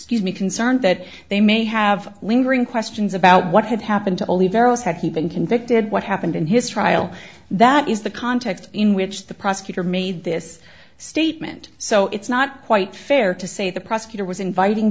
excuse me concerned that they may have lingering questions about what had happened to all the various had he been convicted what happened in his trial that is the context in which the prosecutor made this statement so it's not quite fair to say the prosecutor was inviting